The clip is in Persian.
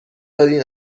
دادین